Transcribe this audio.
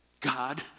God